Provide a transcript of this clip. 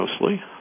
mostly